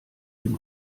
dem